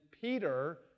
Peter